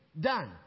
Done